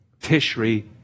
Tishri